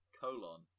colon